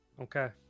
Okay